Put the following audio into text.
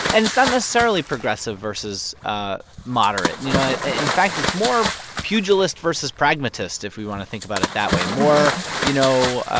and it's not necessarily progressive versus ah moderate. and you know, in fact, it's more pugilist versus pragmatist, if we want to think about it that way, more you know,